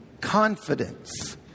confidence